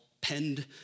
penned